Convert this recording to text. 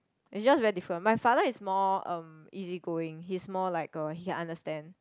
is just very differ my father is more um easy going he's more like um he understand